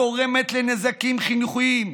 הגורמת לנזקים חינוכיים,